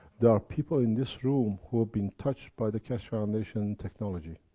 there are people in this room who have been touched by the keshe foundation technology.